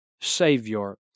Savior